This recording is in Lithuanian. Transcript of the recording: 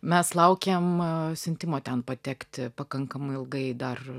mes laukėm siuntimo ten patekti pakankamai ilgai dar